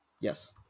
Yes